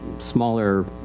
smaller,